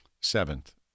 Seventh